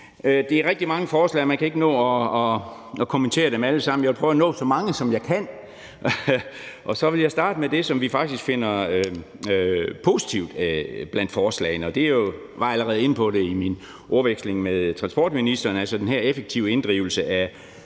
Det er rigtig mange forslag, og man kan ikke nå at kommentere dem alle sammen. Jeg vil prøve at nå så mange, som jeg kan. Og så vil jeg starte med det, som vi faktisk finder positivt blandt forslagene. Jeg var allerede inde på det i min ordveksling med transportministeren, altså den her effektive inddrivelse af